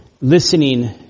listening